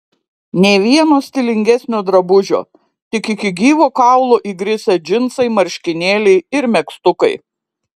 nė vieno stilingesnio drabužio tik iki gyvo kaulo įgrisę džinsai marškinėliai ir megztukai